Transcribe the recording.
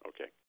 Okay